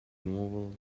novel